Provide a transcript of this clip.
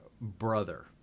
brother